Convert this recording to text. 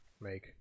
make